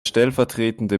stellvertretende